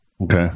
Okay